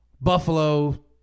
Buffalo